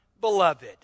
Beloved